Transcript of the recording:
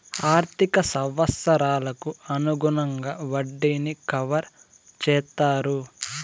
ఆర్థిక సంవత్సరాలకు అనుగుణంగా వడ్డీని కవర్ చేత్తారు